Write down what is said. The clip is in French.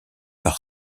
par